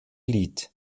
lied